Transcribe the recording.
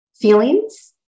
feelings